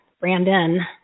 Brandon